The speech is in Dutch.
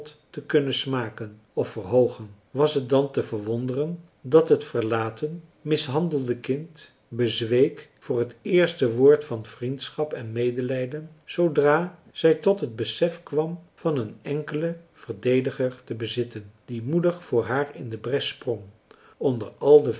te kunnen smaken of verhoogen was t dan te verwonderen dat het verlaten mishandelde kind bezweek voor het eerste woord van vriendschap en medelijden zoodra zij tot het besef kwam van een enkelen verdediger te bezitten die moedig voor haar in de bres sprong onder al de